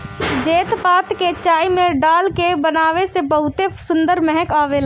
तेजपात के चाय में डाल के बनावे से बहुते सुंदर महक आवेला